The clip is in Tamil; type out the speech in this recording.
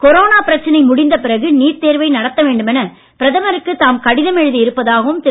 கொரோனா பிரச்சனை முடிந்த பிறகு நீட் தேர்வை நடத்த வேண்டும் என பிரதமருக்கு தாம் கடிதம் எழுதி இருப்பதாகவும் திரு